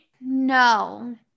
No